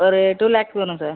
ஒரு டூ லேக்ஸ் வரும் சார்